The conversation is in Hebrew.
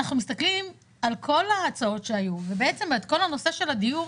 אנחנו מסתכלים על כל ההצעות שהיו ובעצם הנושא של הדיור,